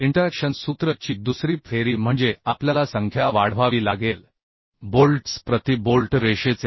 interaction सूत्र ची दुसरी फेरी म्हणजे आपल्याला संख्या वाढवावी लागेल बोल्ट्स प्रति बोल्ट लाइन